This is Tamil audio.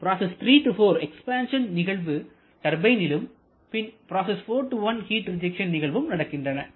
ப்ராசஸ் 3 4 எக்ஸ்பேன்சன் நிகழ்வு டர்பைனிலும் ப்ராசஸ் 4 1 ஹிட் ரிஜெக்ஷன் நிகழ்வும் நடக்கின்றன